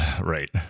Right